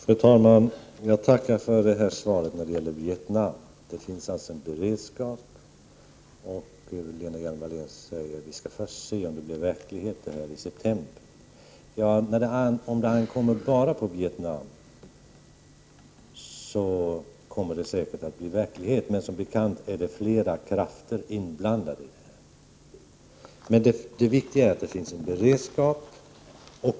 Fru talman! Jag tackar för svaret när det gäller Vietnam. Det finns alltså en beredskap. Lena Hjelm-Wallén säger att vi först skall se om det som skall ske i september blir verklighet. Om det ankommer bara på Vietnam, kommer det säkert att bli verklighet. Som bekant är dock flera krafter inblandade. Det viktiga är emellertid att det finns en beredskap.